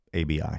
ABI